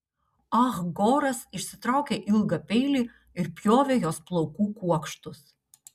ah goras išsitraukė ilgą peilį ir pjovė jos plaukų kuokštus